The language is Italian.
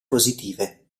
positive